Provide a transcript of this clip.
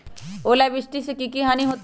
ओलावृष्टि से की की हानि होतै?